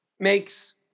makes